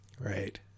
right